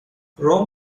رُم